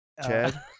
Chad